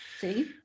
See